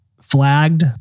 flagged